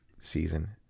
season